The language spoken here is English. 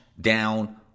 down